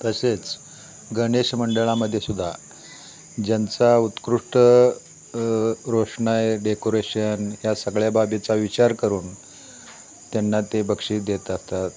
तसेच गणेश मंडळामध्ये सुद्धा ज्यांचा उत्कृष्ट रोषणाई डेकोरेशन ह्या सगळ्या बाबीचा विचार करून त्यांना ते बक्षीस देत असतात